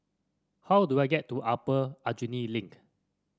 how do I get to Upper Aljunied Link